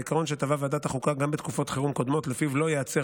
והעיקרון שטבעה ועדת החוקה גם בתקופות חירום קודמות שלפיו לא ייעצר